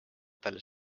talle